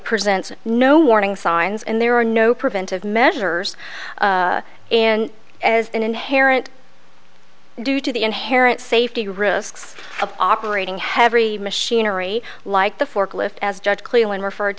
presents no warning signs and there are no preventive measures in as an inherent due to the inherent safety risks of operating heavy machinery like the forklift as judge clearly referred